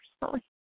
personally